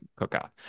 cookout